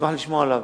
אשמח לשמוע עליו,